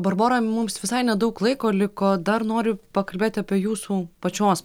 barbora mums visai nedaug laiko liko dar noriu pakalbėti apie jūsų pačios